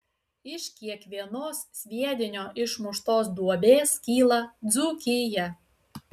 iš kiekvienos sviedinio išmuštos duobės kyla dzūkija